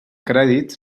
crèdit